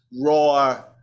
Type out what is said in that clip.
raw